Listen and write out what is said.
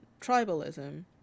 tribalism